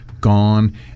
gone